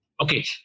Okay